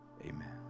Amen